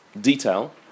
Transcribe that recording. detail